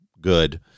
good